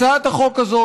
הצעת החוק הזאת,